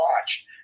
watch